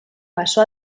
pasó